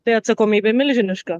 tai atsakomybė milžiniška